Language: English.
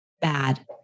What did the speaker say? bad